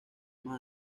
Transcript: más